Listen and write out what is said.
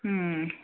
ꯎꯝ